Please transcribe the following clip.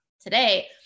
today